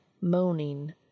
moaning